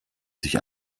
sich